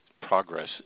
progress